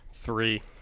Three